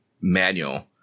manual